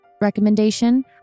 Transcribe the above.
recommendation